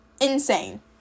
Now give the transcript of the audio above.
Insane